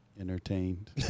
entertained